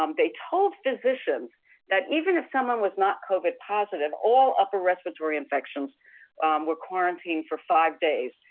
um they told physicians that even if someone was not covid positive all upper respiratory infections were quarantined for five days,